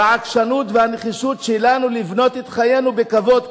בעקשנות ובנחישות שלנו לבנות את חיינו בכבוד,